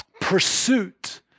pursuit